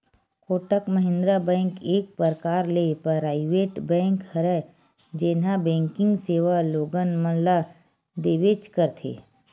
Kotak Mahindra bank एक परकार ले पराइवेट बेंक हरय जेनहा बेंकिग सेवा लोगन मन ल देबेंच करथे